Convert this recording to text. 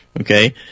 okay